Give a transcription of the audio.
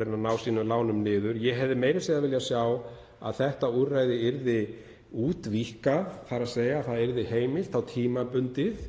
að ná sínum lánum niður. Ég hefði meira að segja viljað sjá að þetta úrræði yrði útvíkkað, þ.e. að það yrði heimilt tímabundið